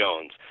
Jones